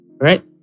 right